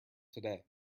today